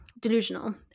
delusional